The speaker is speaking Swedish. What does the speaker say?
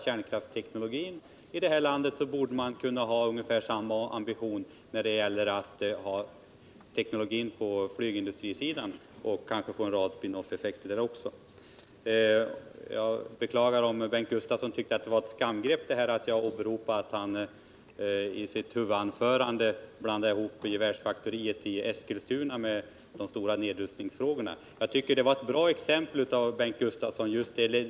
Socialdemokraterna anser — och jag hoppas att herr Björk anser detsamma — att försvaret skall grundas på folkets värnkraft, alltså att vi skall ha ett värnpliktsförsvar. Har man ett sådant, är det angeläget att man också har vapen att sätta i händerna på de värnpliktiga. Försvarspolitiken, den det ej vill röstar nej. den det ej vill röstar nej. den det ej vill röstar nej.